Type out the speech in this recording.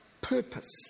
purpose